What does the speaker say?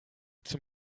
zum